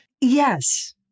Yes